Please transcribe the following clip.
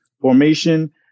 formation